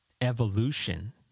evolution